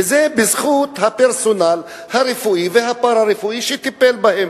וזה בזכות הפרסונל הרפואי והפארה-רפואי שטיפל בהם.